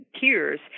peers